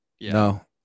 No